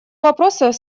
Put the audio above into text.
вопросов